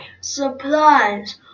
supplies